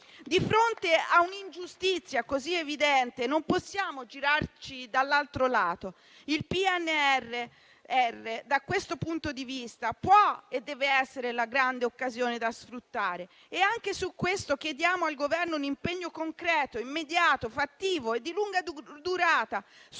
Di fronte a un'ingiustizia così evidente non possiamo girarci dall'altro lato. Il PNRR da questo punto di vista può e deve essere la grande occasione da sfruttare e anche su questo chiediamo al Governo un impegno concreto, immediato, fattivo e di lunga durata su